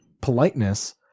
politeness